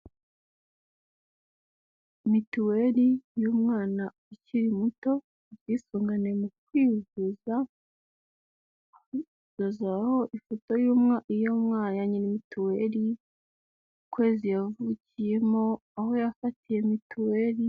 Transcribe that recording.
Mituweri y'umwana ukiri muto, ubwisungane mu kwivuza, hazaho ifoto ya nyiri mituweri, ukwezi yavukiyemo, aho yafatiye mituweri...